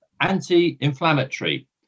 anti-inflammatory